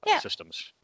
systems